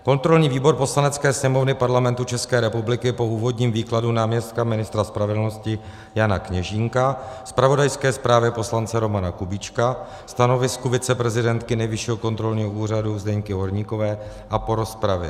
Kontrolní výbor Poslanecké sněmovny Parlamentu ČR po úvodním výkladu náměstka ministra spravedlnosti Jana Kněžínka, zpravodajské zprávě poslance Romana Kubíčka, stanoviska viceprezidentky Nejvyššího kontrolního úřadu Zdeňky Horníkové a po rozpravě